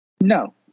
No